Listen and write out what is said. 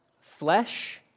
flesh